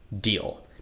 deal